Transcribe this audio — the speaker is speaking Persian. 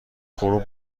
غروب